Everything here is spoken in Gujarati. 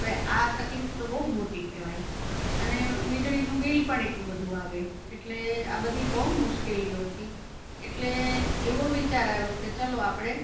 હવે આ તકલીફ તો બહુ મોટી કહેવાય અને વિજળીનું બીલ પણ એટલું બધું આવે એટલે આ બધી બહુ મુશ્કેલીઓ હતી એટલે એવો વિચાર આવ્યો કે ચલો આપણે